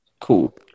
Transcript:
Cool